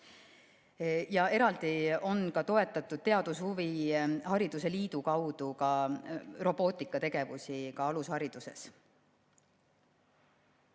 Ja eraldi on toetatud teadushuvihariduse liidu kaudu robootikategevusi ka alushariduses.